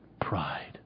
pride